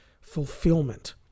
fulfillment